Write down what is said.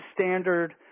standard